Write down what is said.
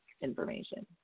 information